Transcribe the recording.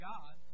God